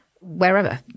wherever